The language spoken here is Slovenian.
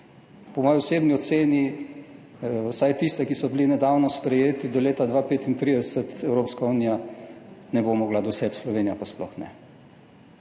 po moji osebni oceni, vsaj tiste, ki so bili nedavno sprejeti, do leta 2035 Evropska unija ne bo mogla doseči, Slovenija pa sploh ne.